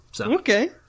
Okay